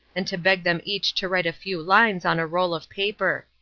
and to beg them each to write a few lines on a roll of paper.